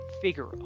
figure